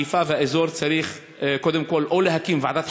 לגבי חיפה והאזור צריכים קודם כול להקים ועדת